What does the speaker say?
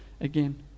again